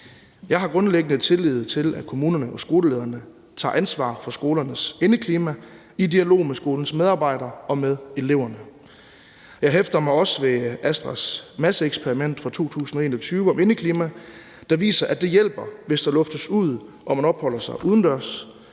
Jeg har grundlæggende tillid til, at kommunerne og skolelederne tager ansvar for skolernes indeklima i dialog med skolens medarbejdere og med eleverne. Jeg hæfter mig også ved Astras Masseeksperiment fra 2021 om indeklima, der viser, at det hjælper, hvis der luftes ud og man opholder sig udendørs.